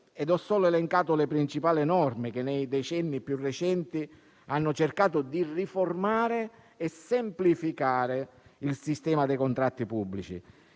limitato a elencare le principali norme che nei decenni più recenti hanno cercato di riformare e semplificare il sistema dei contratti pubblici